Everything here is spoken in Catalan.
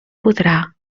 podrà